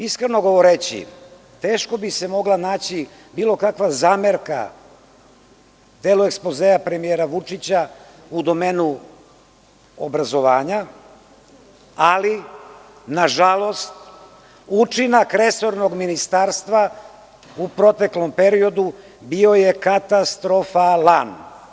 Iskreno govoreći, teško bi se mogla naći bilo kakva zamerka u delu ekspozea premijera Vučića u domenu obrazovanja, ali nažalost, učinak resornog ministarstva u proteklom periodu bio je katastrofalan.